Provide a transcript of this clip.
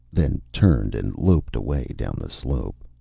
then turned and loped away down the slope.